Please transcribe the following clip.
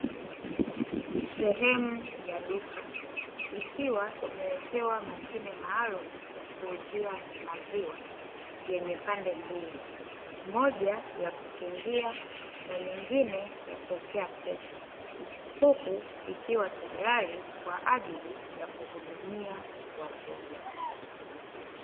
Sehemu ya duka ikiwa imewekewa mashine maalumu ya kuuzia maziwa yenye pande mbili, moja ya kukingia na nyingine ya kuekea pesa, huku ikiwa tayari kwa ajili ya kuhudumia wateja.